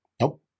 Nope